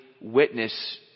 witness